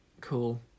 Cool